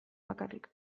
bakarrik